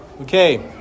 Okay